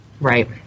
right